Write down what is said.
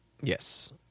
Yes